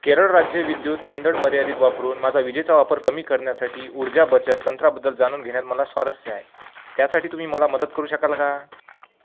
केरळ राज्य विद्युत मंडळ मर्यादित वापरून माझा विजेचा वापर कमी करण्यासाठी ऊर्जा बचत तंत्राबद्दल जाणून घेण्यात मला स्वारस्य आहे त्यासाठी तुम्ही मला मदत करू शकाल का